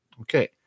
Okay